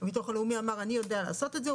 הביטוח הלאומי אמר שהוא יודע לעשות את זה.